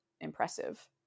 impressive